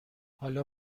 حالا